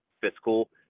fiscal